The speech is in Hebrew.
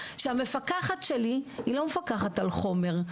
כגננת שהמפקחת שלי היא לא מפקחת על חומר,